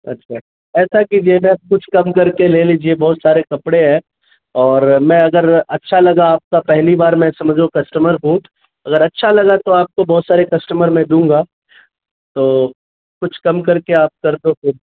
اچھا ایسا کیجیے نا کچھ کم کر کے لے لیجیے بہت سارے کپڑے ہیں اور میں اگر اچھا لگا آپ کا پہلی بار میں سمجھو کسٹمر ہوں اگر اچھا لگا تو آپ کو بہت سارے کسٹمر میں دوں گا تو کچھ کم کر کے آپ کر دو پھر